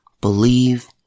Believe